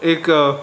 एक